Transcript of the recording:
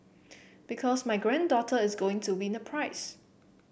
because my granddaughter is going to win a prize